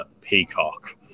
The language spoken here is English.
Peacock